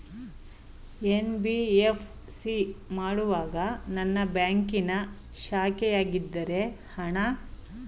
NBFC ಮಾಡುವಾಗ ನನ್ನ ಬ್ಯಾಂಕಿನ ಶಾಖೆಯಾಗಿದ್ದರೆ ಹಣ ವರ್ಗಾವಣೆ ಆಗುವುದೇ?